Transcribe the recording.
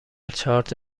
چارت